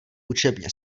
učebně